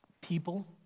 People